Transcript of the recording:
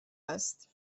است